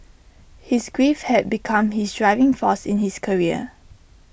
his grief had become his driving force in his career